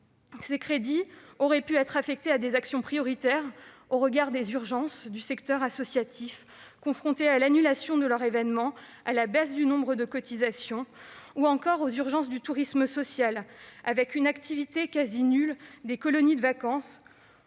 Ces crédits auraient pu être affectés à des actions prioritaires au regard des urgences du secteur associatif, confronté à l'annulation de ses événements, à la baisse du nombre de cotisations, aux urgences du tourisme social, avec une activité quasi nulle des colonies de vacances,